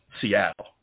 Seattle